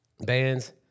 bands